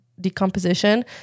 decomposition